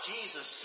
Jesus